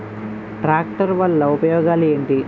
Tractor వల్ల ఉపయోగాలు ఏంటీ?